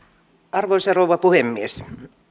arvoisa rouva puhemies